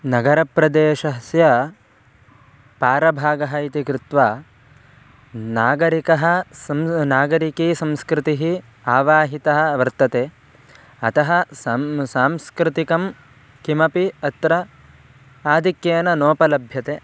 नगरप्रदेशस्य पारभागः इति कृत्वा नागरिकः सं नागरिकीसंस्कृतिः आवाहितः वर्तते अतः सं सांस्कृतिकं किमपि अत्र आधिक्येन नोपलभ्यते